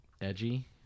edgy